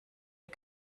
ihr